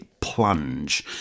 plunge